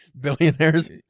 Billionaires